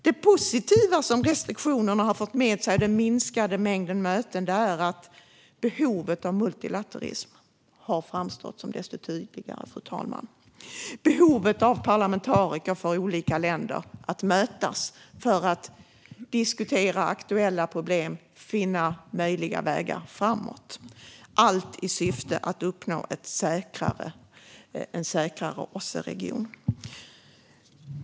Det positiva som restriktionerna och den minskade mängden möten har fört med sig är att behovet av multilaterism har framstått som desto tydligare, fru talman. Behovet av att mötas mellan parlamentariker från olika länder för att diskutera aktuella problem, finna möjliga vägar i syfte att uppnå en säkrare OSSE-region har blivit tydligare.